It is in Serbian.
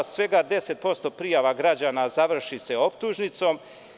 Svega 10% prijava građana završi se optužnicom.